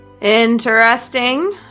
Interesting